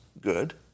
good